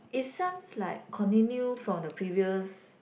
it sounds like continue from the previous